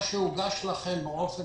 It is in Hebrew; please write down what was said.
מה שהוגש לכם באופן